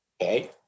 Okay